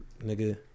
nigga